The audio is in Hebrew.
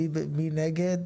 מי נגד?